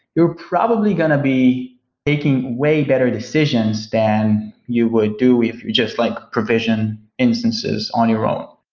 you're probably going to be taking way better decisions than you would do if you just like provision instances on your own.